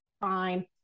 fine